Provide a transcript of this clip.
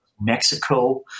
Mexico